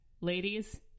Ladies